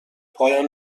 پایان